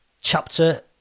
chapter